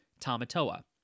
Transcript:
Tamatoa